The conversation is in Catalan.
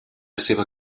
seva